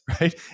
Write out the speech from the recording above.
right